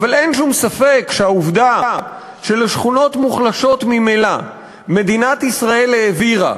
אבל אין שום ספק שהעובדה שלשכונות מוחלשות ממילא מדינת ישראל העבירה